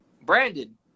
Brandon